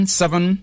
seven